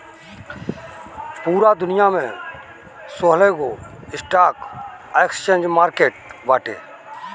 पूरा दुनिया में सोलहगो स्टॉक एक्सचेंज मार्किट बाटे